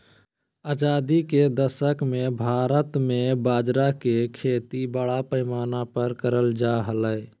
आजादी के दशक मे भारत मे बाजरा के खेती बड़ा पैमाना पर करल जा हलय